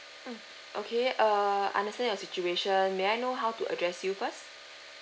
mm okay err understand your situation may I know how to address you first